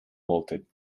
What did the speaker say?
bolted